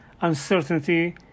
uncertainty